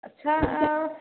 अच्छा और